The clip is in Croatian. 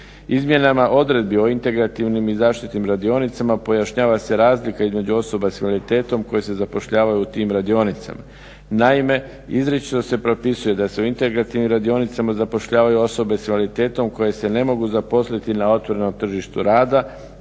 Izmjenama odredbi o integrativnim i zaštitnim radionicama pojašnjava se razlika između osoba s invaliditetom koje se zapošljavaju u tim radionicama. Naime, izričito se propisuje da se u integrativnim radionicama zapošljavaju osobe s invaliditetom koje se ne mogu zaposliti na autonomnom tržištu rada